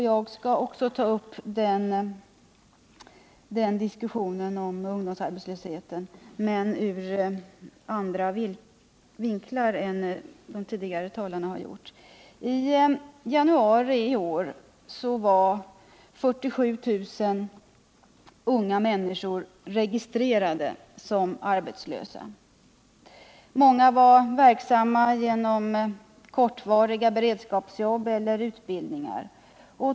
Jag skall också ta upp diskussionen om ungdomsarbetslösheten, men ur andra synvinklar än de föregående talarna har gjort. I januari 1979 var 47 000 unga människor registrerade som arbetslösa. Många var verksamma genom kortvariga beredskapsjobb eller utbildningar.